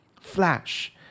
Flash